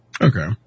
Okay